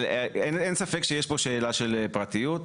אין ספק שיש כאן שאלה של פרטיות.